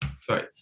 Sorry